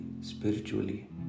spiritually